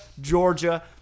Georgia